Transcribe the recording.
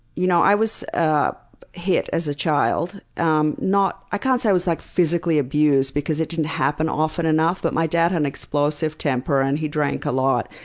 you know i was ah hit as a child. um i can't say i was like physically abused, because it didn't happen often enough. but my dad had an explosive temper and he drank a lot.